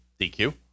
DQ